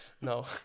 no